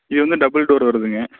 இது வந்து double door வருதுங்க